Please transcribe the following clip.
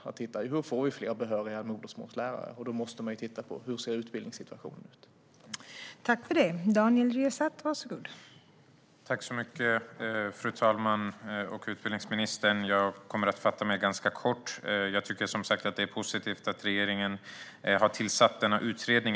Han ska titta på hur vi får fler behöriga modersmålslärare, och då måste han titta på hur utbildningssituationen ser ut.